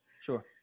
Sure